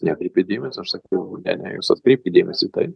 nekreipė dėmesio aš sakiau ne ne jūs atkreipkit dėmesį į tai